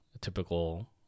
typical